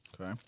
Okay